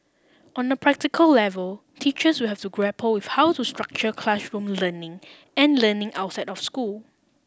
on a practical level teachers will have to grapple with how to structure classroom learning and learning outside of school